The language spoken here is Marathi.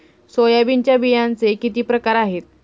सोयाबीनच्या बियांचे किती प्रकार आहेत?